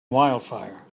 wildfire